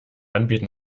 anbieten